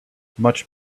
much